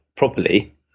properly